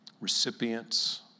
recipients